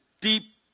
deep